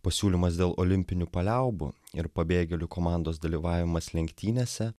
pasiūlymas dėl olimpinių paliaubų ir pabėgėlių komandos dalyvavimas lenktynėse